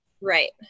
Right